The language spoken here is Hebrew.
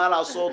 מה לעשות,